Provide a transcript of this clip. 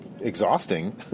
exhausting